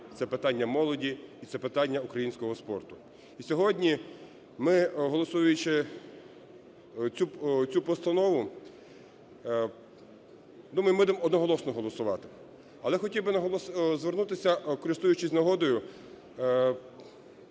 це питання молоді і це питання українського спорту. І сьогодні ми, голосуючи цю постанову, думаю, будемо одноголосно голосувати. Але хотів би звернутися, користуючись нагодою,